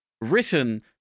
written